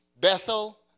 Bethel